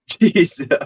Jesus